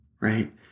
right